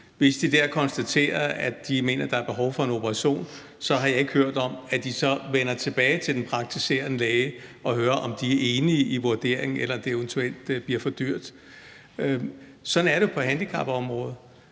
hvis de der konstaterer, at der er behov for en operation, har jeg ikke hørt om, at de så vender tilbage til den praktiserende læge og hører, om den praktiserende læge er enig i vurderingen, eller om det eventuelt bliver for dyrt. Sådan er det jo på handicapområdet.